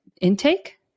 intake